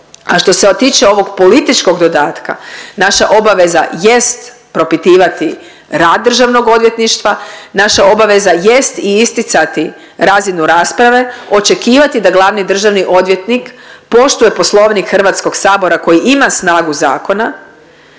A što se tiče ovog političkog dodataka naša obaveza jest propitivati rad državnog odvjetništva, naša obaveza jest i isticati razinu rasprave, očekivati da glavni državni odvjetnik poštuje Poslovnik HS-a koji ima snagu zakona